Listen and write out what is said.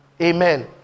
Amen